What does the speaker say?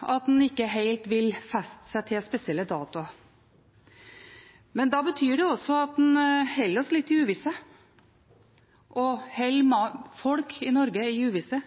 oss litt i uvisse, holder folk i Norge i uvisse.